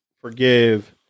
forgive